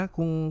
Kung